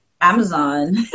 Amazon